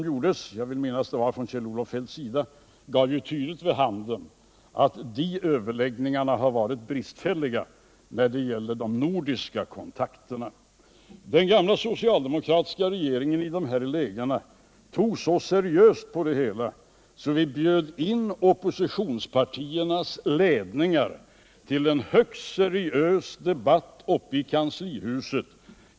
Jag vill minnas att det var Kjell-Olof Feldt som i sitt inlägg sade att den nuvarande regeringens kontakter med de nordiska länderna var Den gamla socialdemokratiska regeringen såg i motsvarande läge så allvarligt på situationen att den bjöd in oppositionspartiernas ledningar till en högst seriös debatt i kanslihuset.